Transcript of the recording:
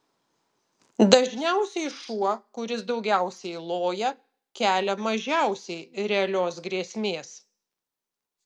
dažniausiai šuo kuris daugiausiai loja kelia mažiausiai realios grėsmės